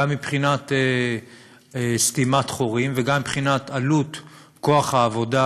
גם מבחינת סתימת חורים וגם מבחינת עלות כוח העבודה,